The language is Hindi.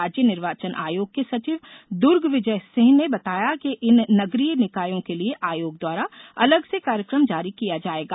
राज्य निर्वाचन आयोग के सचिव दुर्गे विजय सिंह ने बताया कि इन नगरीय निकायों के लिए आयोग द्वारा अलग से कार्यक्रम जारी किया जायेगा